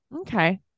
Okay